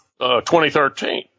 2013